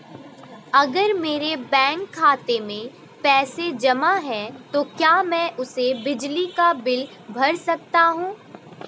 अगर मेरे बैंक खाते में पैसे जमा है तो क्या मैं उसे बिजली का बिल भर सकता हूं?